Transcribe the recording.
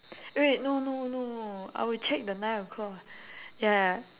eh wait no no no I would check the nine o'clock ya